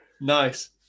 Nice